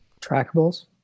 Trackables